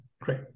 great